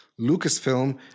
Lucasfilm